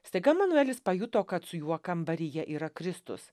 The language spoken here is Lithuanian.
staiga manuelis pajuto kad su juo kambaryje yra kristus